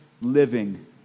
living